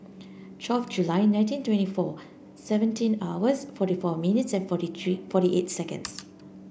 twelve July nineteen twenty four seventeen hours forty four minutes and forty three forty eight seconds